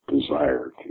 desire